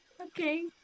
Okay